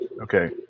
Okay